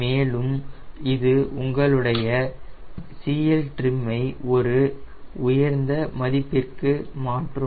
மேலும் இது உங்களுடைய CLtrim ஐ ஒரு உயர்ந்த மதிப்பிற்கு மாற்றும்